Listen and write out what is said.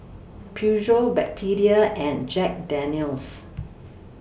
Peugeot Backpedic and Jack Daniel's